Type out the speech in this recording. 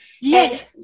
Yes